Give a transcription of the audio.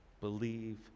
Believe